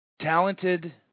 talented –